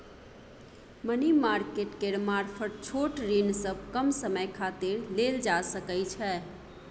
money market केर मारफत छोट ऋण सब कम समय खातिर लेल जा सकइ छै